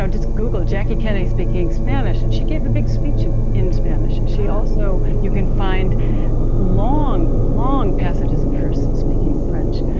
um just google, jackie kennedy speaking spanish and she gave a big speech ah in spanish. and she also you can find long, long passages of her so speaking french.